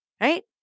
right